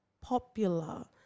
popular